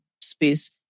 space